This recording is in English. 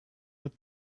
but